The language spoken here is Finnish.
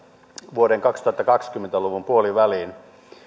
kaksituhattakaksikymmentä luvun puoliväliin